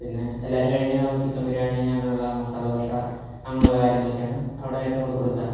പിന്നെ എല്ലാവരും കഴിക്കാമെന്ന് പറയുമ്പോൾ ചിക്കൻ ബിരിയാണി അങ്ങനെയുള്ള മസാല ദോശ അങ്ങനെയുള്ള കാര്യങ്ങളൊക്കെയാണ് അവിടെ ഏറ്റവും കൂടുതൽ കൊടുക്കാറ്